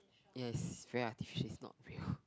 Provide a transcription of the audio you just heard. ya it's very artificial it's not real